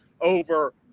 over –